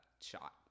shot